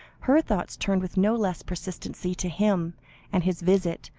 her thoughts turned with no less persistency to him and his visit,